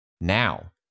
Now